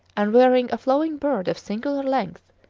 and wearing a flowing beard of singular length,